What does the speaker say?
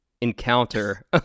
encounter